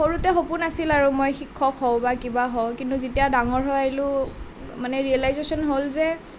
সৰুতে সপোন আছিল আৰু মই শিক্ষক হওঁ বা কিবা হওঁ কিন্তু যেতিয়া ডাঙৰ হৈ আহিলো মানে ৰিয়েলাইজেশ্ৱন হ'ল যে